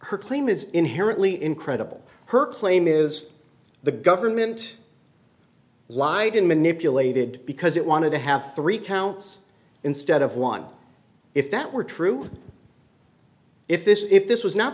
her claim is inherently incredible her claim is the government lied and manipulated because it wanted to have three counts instead of one if that were true if this if this was not